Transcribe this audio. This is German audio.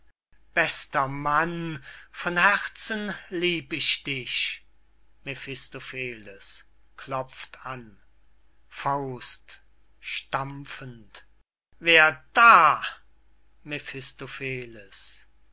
bester mann von herzen lieb ich dich mephistopheles klopft an faust stampfend wer da